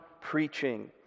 preaching